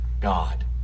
God